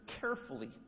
carefully